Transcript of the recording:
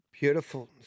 Beautiful